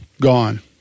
gone